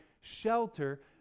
shelter